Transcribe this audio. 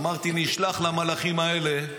אמרתי: נשלח למלאכים האלה,